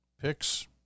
picks